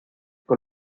con